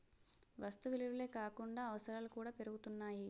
వస్తు విలువలే కాకుండా అవసరాలు కూడా పెరుగుతున్నాయి